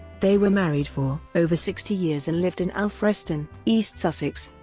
they were married for over sixty years and lived in alfriston, east sussex.